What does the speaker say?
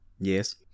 Yes